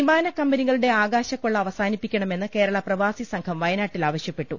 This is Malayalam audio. വിമാനക്കമ്പനികളുടെ ആകാശക്കൊള്ളി അവ്വസാനിപ്പിക്ക ണമെന്ന് കേരള പ്രവാസി സംഘം വയനാട്ടിൽ ആവശ്യപ്പെട്ടു